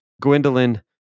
Gwendolyn